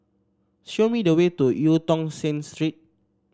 show me the way to Eu Tong Sen Street